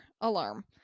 alarm